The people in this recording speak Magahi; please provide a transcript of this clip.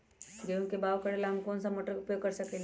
गेंहू के बाओ करेला हम कौन सा मोटर उपयोग कर सकींले?